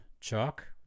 chalk